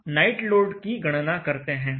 अब हम night load की गणना करते हैं